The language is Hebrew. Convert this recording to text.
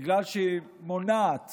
בגלל שהיא מונעת